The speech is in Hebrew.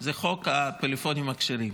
זה חוק הפלאפונים הכשרים.